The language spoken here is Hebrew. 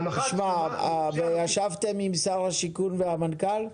האם ישבתם עם שר השיכון והמנכ"ל?